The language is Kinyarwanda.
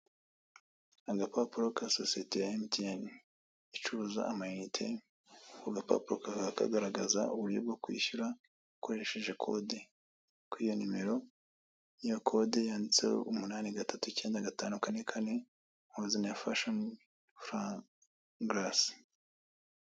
Agapapuro ka sosiyete ya emutiyeni icuruza amayinite. Ako gapapuro kakaba kagaragaza uburyo bwo kwishyura ukoresheje kode, kuri iyo nimero. Iyo kode yanditseho umunani gatatu, icyenda gatanu, kane kane, mu mazina ya Fashoni Furaha Gurace.